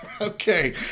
Okay